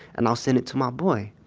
and i'll send it to my boy.